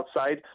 outside